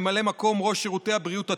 ממלא מקום ראש שירותי בריאות הציבור.